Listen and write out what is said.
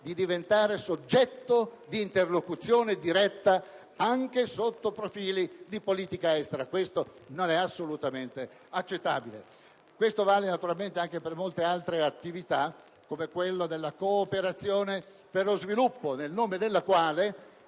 di diventare soggetto di interlocuzione diretta anche sotto profili di politica estera e questo non è assolutamente accettabile. Questo vale naturalmente anche per molte altre attività, come quella della cooperazione allo sviluppo, in nome della quale